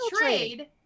trade